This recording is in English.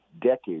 decades